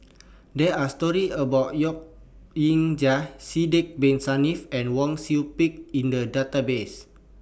There Are stories about Yok Ying Jang Sidek Bin Saniff and Wang Sui Pick in The Database